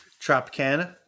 Tropicana